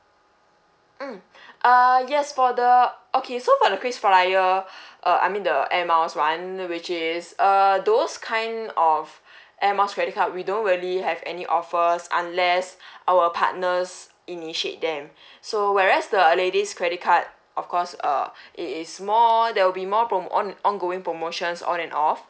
mm uh yes for the okay so the kris flyer uh I mean the air miles one which is err those kind of air miles credit card we don't really have any offers unless our partners initiate them so whereas the ladies credit card of course err it is more there will be more promo on ongoing promotion on and off